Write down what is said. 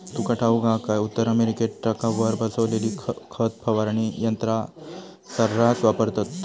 तुका ठाऊक हा काय, उत्तर अमेरिकेत ट्रकावर बसवलेली खत फवारणी यंत्रा सऱ्हास वापरतत